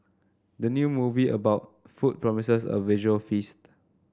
the new movie about food promises a visual feast